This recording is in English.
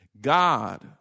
God